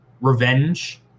revenge